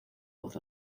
voz